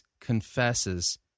confesses